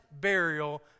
burial